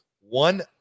one